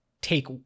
take